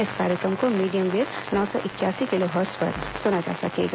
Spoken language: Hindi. इस कार्यक्रम को मीडियम वेब नौ सौ इकयासी किलोहर्ट्ज पर सुना जा सकेगा